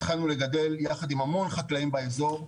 התחלנו לגדל יחד עם המון חקלאים באזור,